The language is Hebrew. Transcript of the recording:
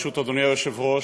ברשות אדוני היושב-ראש,